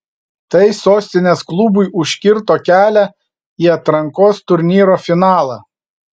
tai sostinės klubui užkirto kelią į atrankos turnyro finalą